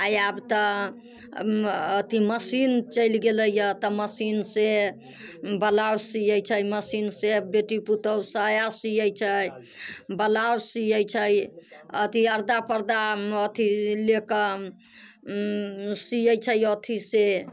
आब तऽ अथी मशीन चलि गेलैया तऽ मशीन से ब्लाउज सियैत छै मशीन से बेटी पूतौहू साया सियैत छै ब्लाउज सियैत छै अथी अरदा पर्दा अथी लेके सियैत छै अथी से